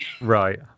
right